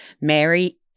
Mary